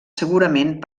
segurament